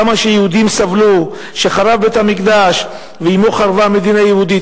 כמה שיהודים סבלו כש"חרב בית המקדש ועמו חרבה המדינה היהודית".